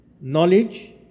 knowledge